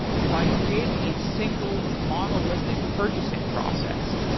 by creating a single monolithic purchasing process,